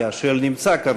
כי השואל נמצא כאן,